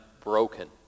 broken